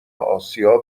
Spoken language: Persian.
آسیا